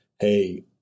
hey